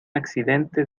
accidente